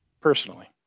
Personally